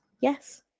yes